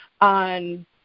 on